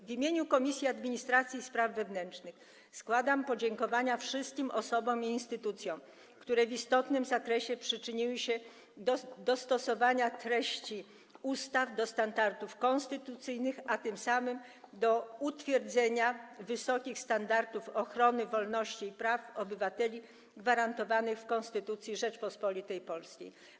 W imieniu Komisji Administracji i Spraw Wewnętrznych składam podziękowania wszystkim osobom i instytucjom, które w istotnym zakresie przyczyniły się do dostosowania treści ustaw do standardów konstytucyjnych, a tym samym do utwierdzenia wysokich standardów ochrony wolności i praw obywateli gwarantowanych w Konstytucji Rzeczypospolitej Polskiej.